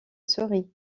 souris